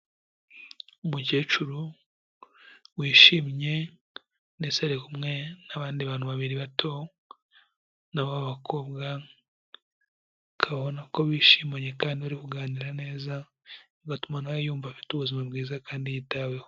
Umukecuru wishimye ndetse ari kumwe n'abandi bantu babiri bato ni ab'abakobwa, ukaba ubona ko bishimanye kandi ari kuganira neza bigatuma na we yumva afite ubuzima bwiza kandi yitaweho.